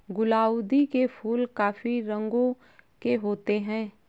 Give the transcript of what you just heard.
गुलाउदी के फूल काफी रंगों के होते हैं